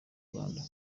rwanda